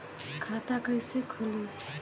खाता कईसे खुली?